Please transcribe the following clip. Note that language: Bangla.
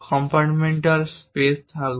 কম্পার্টমেন্টাল স্পেস থাকবে